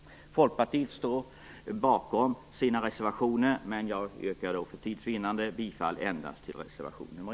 Folkpartiet står bakom sina reservationer, men jag yrkar för tids vinnande bifall endast till reservation nr